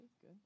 Good